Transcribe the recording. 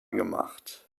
gemacht